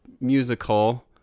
musical